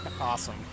Awesome